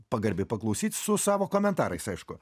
pagarbiai paklausyt su savo komentarais aišku